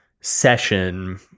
session